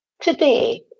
Today